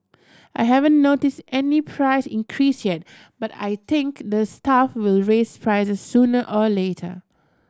I haven't noticed any price increase yet but I think the staff will raise prices sooner or later